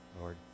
Lord